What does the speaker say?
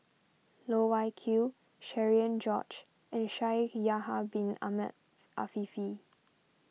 Loh Wai Kiew Cherian George and Shaikh Yahya Bin Ahmed Afifi